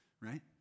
right